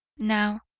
now,